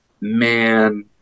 Man